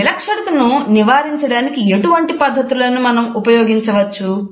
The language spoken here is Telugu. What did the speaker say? ఈ విలక్షణతను నివారించడానికి ఎటువంటి పద్ధతులను మనం ఉపయోగించవచ్చు